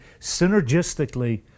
synergistically